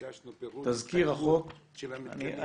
וביקשנו פירוט של המתקנים ולא קיבלנו.